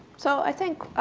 so i think